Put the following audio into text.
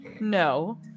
No